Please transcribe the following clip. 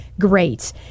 great